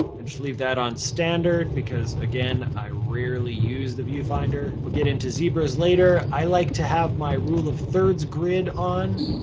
and just leave that on standard, because again, i rarely use the viewfinder. we'll get into zebras later. i like to have my rule of thirds grid on,